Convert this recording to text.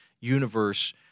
universe